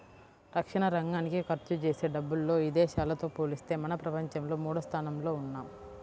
రక్షణరంగానికి ఖర్చుజేసే డబ్బుల్లో ఇదేశాలతో పోలిత్తే మనం ప్రపంచంలో మూడోస్థానంలో ఉన్నాం